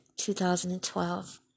2012